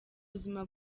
buzima